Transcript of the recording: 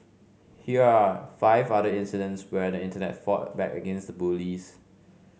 here are five other incidents where the Internet fought back against the bullies